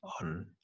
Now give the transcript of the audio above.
on